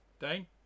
Dane